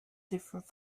different